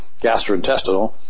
gastrointestinal